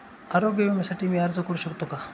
आरोग्य विम्यासाठी मी अर्ज करु शकतो का?